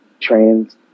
trans